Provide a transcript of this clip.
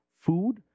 food